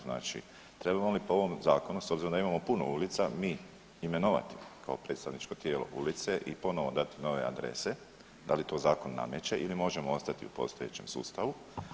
Znači, treba li po ovom Zakonu, s obzirom da imamo puno ulica mi imenovati kao predstavničko tijelo ulice i ponovno dati nove adrese, da li to Zakon nameće ili možemo ostati u postojećem sustavu?